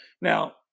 Now